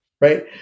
Right